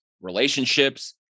relationships